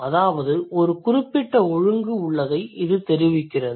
அதாவது ஒரு குறிப்பிட்ட ஒழுங்கு உள்ளதை இது தெரிவிக்கிறது